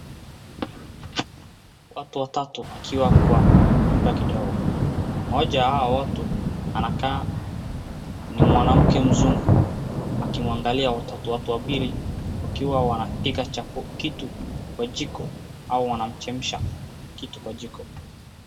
Watu watatu wakiwa kwa nyumba kidogo. Mmoja wa hao watu anakaa ni mwanamke mzungu akimwangalia watoto wapili wakiwa wanapika kitu kwa jiko au wanamchemsha kitu kwa jiko.